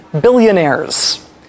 billionaires